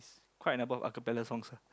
quite a number of acapella songs